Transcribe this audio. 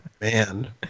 Man